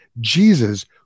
Jesus